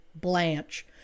Blanche